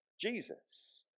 Jesus